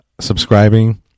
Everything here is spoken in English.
subscribing